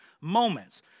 moments